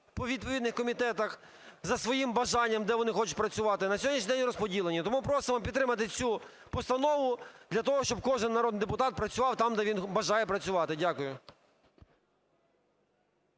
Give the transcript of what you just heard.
по відповідних комітетах за своїм бажанням, де вони хочуть працювати, на сьогоднішній день розподілені. Тому просимо підтримати цю постанову для того, щоб кожен народний депутат працював там, де він бажає працювати. Дякую.